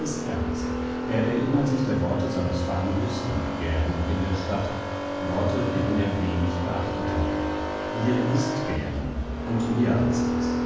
ist ernst er erinnert sich der worte seines famulus von der gärung in der stadt worte deren er wenig geachtet hat hier ist gärung und mehr als das